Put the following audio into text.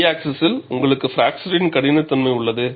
Y ஆக்ஸிஸில் உங்களுக்கு பிராக்சரின் கடினத்தன்மை உள்ளது